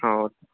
हांव